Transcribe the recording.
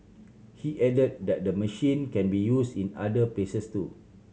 he added that the machine can be used in other places too